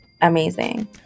amazing